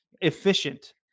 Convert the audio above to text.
efficient